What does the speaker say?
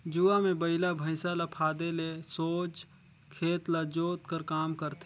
जुवा मे बइला भइसा ल फादे ले सोझ खेत ल जोत कर काम करथे